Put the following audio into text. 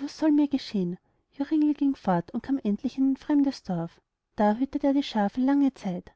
was soll mir geschehn joringel ging fort und kam endlich in ein fremdes dorf da hütet er die schafe lange zeit